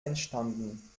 entstanden